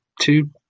two